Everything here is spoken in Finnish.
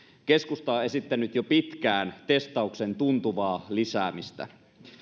keskusta on esittänyt jo pitkään testauksen tuntuvaa lisäämistä